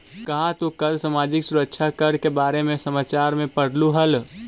का तू कल सामाजिक सुरक्षा कर के बारे में समाचार में पढ़लू हल